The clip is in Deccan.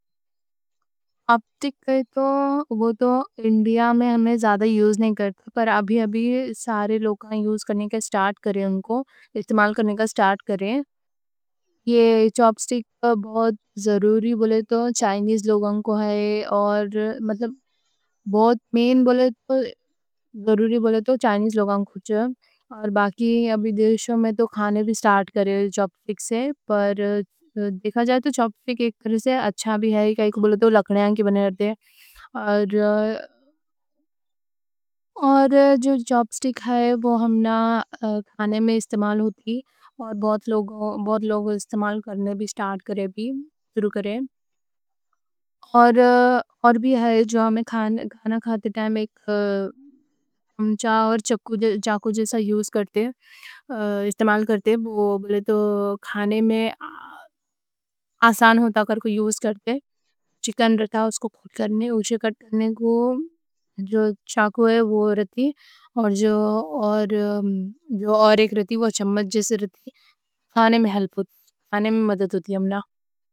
چاپسٹک وہ تو انڈیا میں ہمنا زیادہ یوز نہیں کرتے پر۔ ابھی ابھی سارے لوگاں استعمال کرنے کا سٹارٹ کریں ان کو۔ استعمال کرنے کا سٹارٹ کریں یہ چاپسٹک بہت ضروری بولے۔ تو چائنیز لوگاں کو ہے اور بہت مین بولے تو ضروری۔ بولے تو چائنیز لوگاں کو، کچھ باقی دیشوں میں تو کھانے۔ بھی سٹارٹ کریں چاپسٹک سے، دیکھا جائے تو چاپسٹک ایک طرح سے اچھا بھی ہے، کائیں کوں بولے تو لکڑیوں کے بنے رہتے۔ اور جو چاپسٹک ہے وہ ہمنا کھانے میں۔ استعمال ہوتی، اور بہت لوگ استعمال کرنے۔ بھی سٹارٹ کریں اور اور بھی ہے جو ہمنا۔ ہمنا کھانا کھاتے ٹائم ایک چمچ اور چاقو جیسے یوز کرتے، پر آدے۔ چاقو استعمال کرتے، بیٹھ کے کریں تو کھانے میں آسان ہوتا۔ رہتا، کٹ کرنے اشیا کرنے، جو چاقو ہے وہ روٹی چکن کٹ کرنے میں ہیلپ کرتی اور اور۔ اور ایک وہ چمچ جیسے رہتی اور کھانے میں ہیلپ کرتی۔